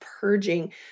purging